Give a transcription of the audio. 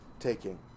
Taking